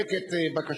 ינמק את בקשתו,